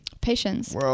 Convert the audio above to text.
patience